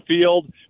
field